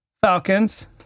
Falcons